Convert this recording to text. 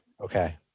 Okay